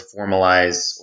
formalize